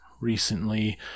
recently